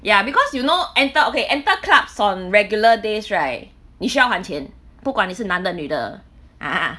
ya because you know enter okay enter clubs on regular days right 你需要还钱不管你是男的女的 ah